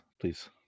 Please